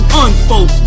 unfold